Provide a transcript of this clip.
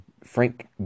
Frank